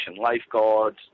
Lifeguards